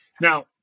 Now